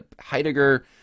Heidegger